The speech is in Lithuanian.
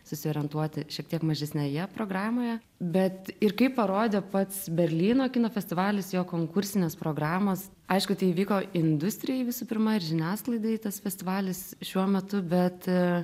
susiorientuoti šiek tiek mažesnėje programoje bet ir kaip parodė pats berlyno kino festivalis jo konkursinės programos aišku tai įvyko industrijai visų pirma ir žiniasklaidai tas festivalis šiuo metu bet